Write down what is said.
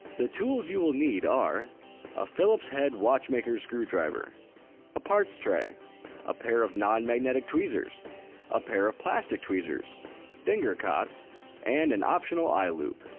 the tools you will need are a philips head watchmaker's screwdriver a parts tray a pair of non-magnetic tweezers a pair of plastic tweezers finger cots and an optional eye loupe